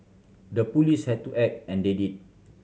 the police had to act and they did